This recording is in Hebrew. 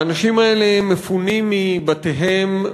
האנשים האלה מפונים מבתיהם,